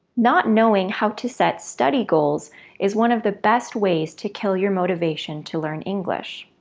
not knowing how to set study goals is one of the best ways to kill your motivation to learn english.